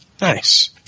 Nice